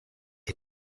est